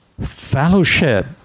Fellowship